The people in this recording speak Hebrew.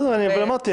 אמרתי,